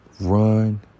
Run